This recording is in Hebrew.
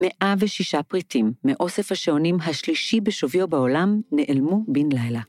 106 פריטים מאוסף השעונים השלישי בשוביו בעולם נעלמו בין לילה.